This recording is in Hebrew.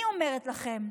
אני אומרת לכם,